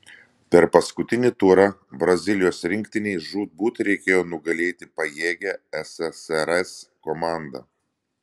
per paskutinį turą brazilijos rinktinei žūtbūt reikėjo nugalėti pajėgią ssrs komandą